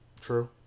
True